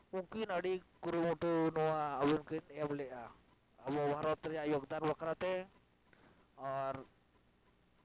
ᱩᱱᱠᱤᱱ ᱟᱹᱰᱤ ᱠᱩᱨᱩᱢᱩᱴᱩ ᱱᱚᱣᱟ ᱠᱤᱱ ᱮᱢ ᱞᱮᱫᱼᱟ ᱟᱵᱚ ᱵᱷᱟᱨᱚᱛ ᱨᱮᱭᱟᱜ ᱡᱳᱜᱽᱫᱟᱱ ᱵᱟᱠᱷᱨᱟᱛᱮ ᱟᱨ